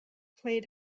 played